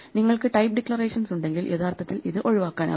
നിങ്ങൾക്ക് type declarations ഉണ്ടെങ്കിൽ യഥാർത്ഥത്തിൽ ഇത് ഒഴിവാക്കാനാകും